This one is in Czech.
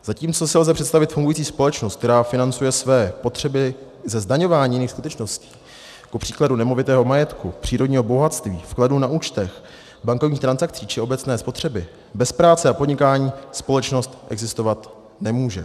Zatímco si lze představit fungující společnost, která financuje své potřeby ze zdaňování jiných skutečností, kupříkladu nemovitého majetku, přírodního bohatství, vkladů na účtech, bankovních transakcí či obecné spotřeby, bez práce a podnikání společnost existovat nemůže.